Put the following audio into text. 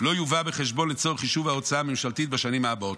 לא יובא בחשבון לצורך חישוב ההוצאה הממשלתית בשנים הבאות.